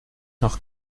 nach